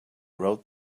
rode